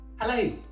Hello